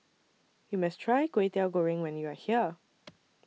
YOU must Try Kwetiau Goreng when YOU Are here